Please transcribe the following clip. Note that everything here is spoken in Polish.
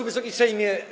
Wysoki Sejmie!